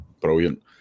brilliant